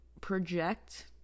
project